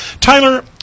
Tyler